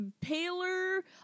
paler